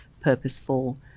purposeful